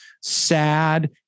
sad